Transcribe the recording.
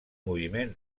moviment